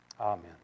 Amen